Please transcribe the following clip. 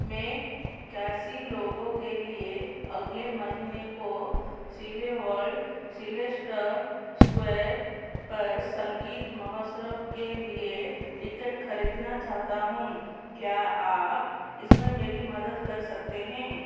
मैं इक्यासी लोगों के लिए अगले महीने को सिनेवर्ल्ड सिलेस्टर स्क्वायर पर संगीत महोत्सव के लिए टिकट ख़रीदना चाहता हूँ क्या आप इसमें मेरी मदद कर सकते हैं